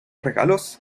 regalos